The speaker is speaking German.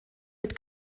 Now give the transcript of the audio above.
mit